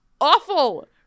awful